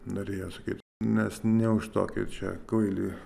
norėjo sakyt nes ne už tokią čia kvaili